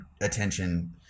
attention